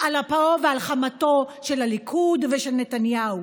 על אפם ועל חמתם של הליכוד ושל נתניהו,